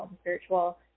spiritual